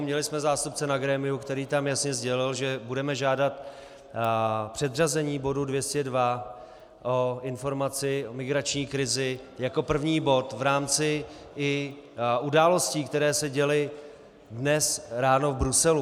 Měli jsme zástupce na grémiu, který tam jasně sdělil, že budeme žádat předřazení bodu 202, informaci o migrační krizi, jako první bod v rámci i událostí, které se děly dnes ráno v Bruselu.